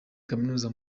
kaminuza